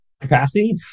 capacity